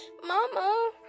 Mama